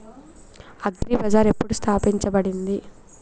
Agri Bazaar ఎప్పుడు స్థాపించబడింది?